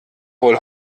wohl